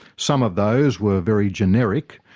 some of those were very generic,